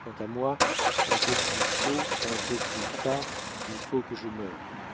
quant à moi un peu plus tôt un peu plus tard il faut que je meure